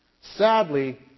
Sadly